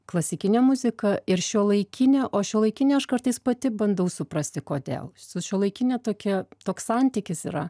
klasikinė muzika ir šiuolaikinė o šiuolaikinę aš kartais pati bandau suprasti kodėl su šiuolaikine tokia toks santykis yra